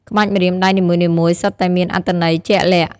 ក្បាច់ម្រាមដៃនីមួយៗសុទ្ធតែមានអត្ថន័យជាក់លាក់។